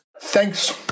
Thanks